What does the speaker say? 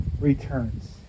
returns